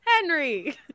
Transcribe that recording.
Henry